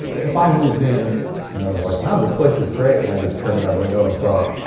if i moved in and i was like wow, this place is great and i just turned to my window and saw.